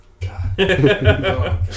God